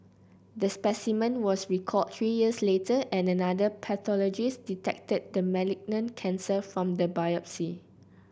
the specimen was recalled three years later and another pathologist detected the malignant cancer from the biopsy